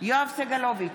יואב סגלוביץ'